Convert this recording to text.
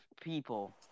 people